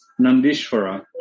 Nandishvara